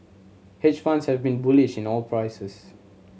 hedge funds have been bullish in oil prices